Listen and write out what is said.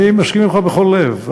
אני מסכים עמך בכל לב.